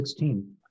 16